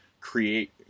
create